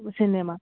cinema